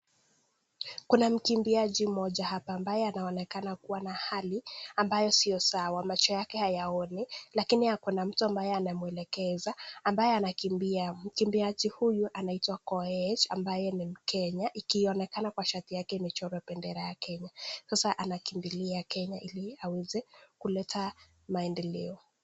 Kuna mkimbiaji mmoja hapa ambaye anaonekana kuwa na hali ambayo sio sawa, macho yake hayaoni lakini akona mtu ambaye anamwelekeza ambaye anakimbia. Mkimbiaji huyu anaitwa Koech ambaye ni mkenya ikionekana kwa shati yake imechorwa bendera ya Kenya. Sasa anakimbilia Kenya ili aweze kuleta maendeleo.